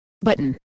Button